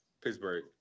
Pittsburgh